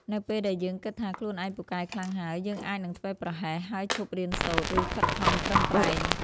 នៅពេលដែលយើងគិតថាខ្លួនឯងពូកែខ្លាំងហើយ យើងអាចនឹងធ្វេសប្រហែស ហើយឈប់រៀនសូត្រ ឬខិតខំប្រឹងប្រែង។